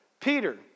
Peter